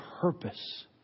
purpose